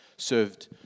served